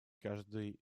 каждый